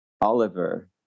Oliver